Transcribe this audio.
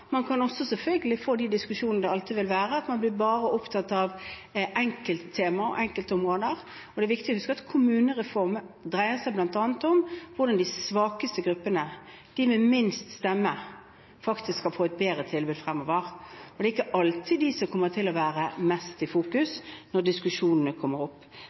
at man blir bare opptatt av enkelttemaer og enkeltområder. Og det er viktig å huske at kommunereform faktisk dreier seg bl.a. om hvordan de svakeste gruppene – de med svakest stemme – skal få et bedre tilbud fremover. Det er ikke alltid dem det kommer til å være mest fokus på når diskusjonene kommer opp.